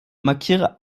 markiere